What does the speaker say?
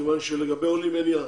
מכיוון שלגבי עולים אין יעד,